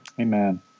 Amen